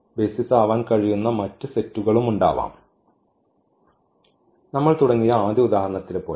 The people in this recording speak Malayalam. ബെയ്സിസ് ആവാൻ കഴിയുന്ന മറ്റ് സെറ്റുകളും ഉണ്ടാകാം നമ്മൾ തുടങ്ങിയ ആദ്യ ഉദാഹരണത്തിലെ പോലെ